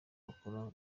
wakora